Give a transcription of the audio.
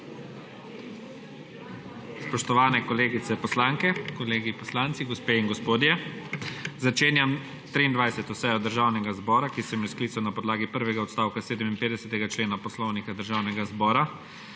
Spoštovani kolegice poslanke, kolegi poslanci, gospe in gospodje! Začenjam 23. sejo Državnega zbora, ki sem jo sklical na podlagi prvega odstavka 57. člena Poslovnika Državnega zbora.